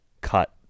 cut